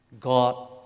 God